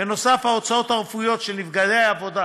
בנוסף, ההוצאות הרפואיות של נפגעי עבודה